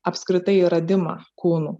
apskritai radimą kūnų